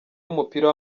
w’umupira